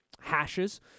hashes